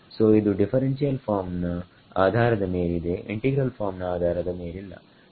ಸೋಇದು differential form ನ ಆಧಾರದ ಮೇಲಿದೆ ಇಂಟಿಗ್ರಲ್ ಫಾರ್ಮ್ ನ ಆಧಾರದ ಮೇಲಿಲ್ಲ